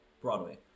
Broadway